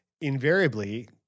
invariably